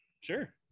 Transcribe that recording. Sure